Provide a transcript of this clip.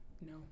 No